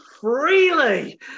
freely